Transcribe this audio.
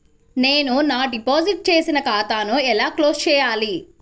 నేను నా డిపాజిట్ చేసిన ఖాతాను ఎలా క్లోజ్ చేయాలి?